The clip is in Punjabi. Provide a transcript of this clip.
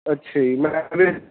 ਅੱਛਾ ਜੀ ਮੈਂ